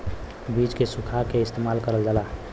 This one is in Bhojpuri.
बीज के सुखा के इस्तेमाल करल जाला